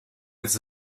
its